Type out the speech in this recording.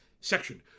section